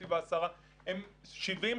נתיב העשרה 70%,